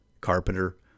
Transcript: Carpenter